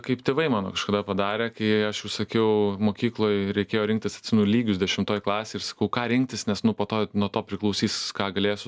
kaip tėvai mano kažkada padarė kai aš jau sakiau mokykloj reikėjo rinktis atsimenu lygius dešimtoj klasėj ir sakau ką rinktis nes nu po to nuo to priklausys ką galėsiu